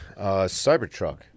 Cybertruck